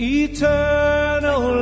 eternal